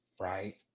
right